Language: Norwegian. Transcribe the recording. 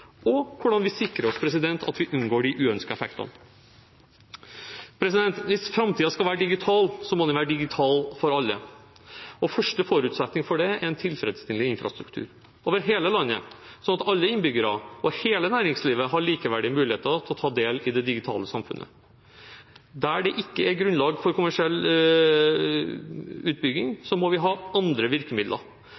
og hvordan vi sikrer oss at vi unngår de uønskede effektene. Hvis framtiden skal være digital, må den være digital for alle, og første forutsetning for det er en tilfredsstillende infrastruktur over hele landet, sånn at alle innbyggere og hele næringslivet har likeverdige muligheter til å ta del i det digitale samfunnet. Der det ikke er grunnlag for kommersiell utbygging,